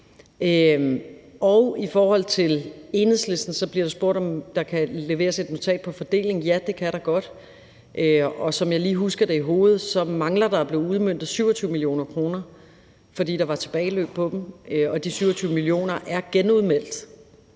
Enhedslistens side bliver der spurgt om, om der kan leveres et notat om fordelingen. Ja, det kan der godt. Som jeg lige husker det i hovedet, mangler der at blive udmøntet 27 mio. kr., fordi der var et tilbageløb på beløbet, og det er genudmeldt,